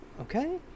okay